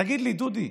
תגיד לי, דודי,